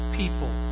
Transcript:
people